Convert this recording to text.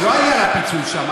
לא, זה לא היה על הפיצול שם.